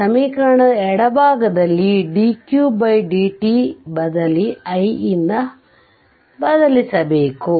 ಆದ್ದರಿಂದ ಸಮೀಕರಣದ ಎಡಭಾಗದಲ್ಲಿ dq dt ಬದಲಿ i ಯಿಂದ ಬದಲಿಸಬೇಕು